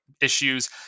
issues